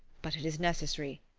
but it is necessary.